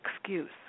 excuse